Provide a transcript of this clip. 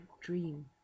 dream